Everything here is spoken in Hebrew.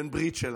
בעל ברית שלנו,